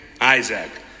Isaac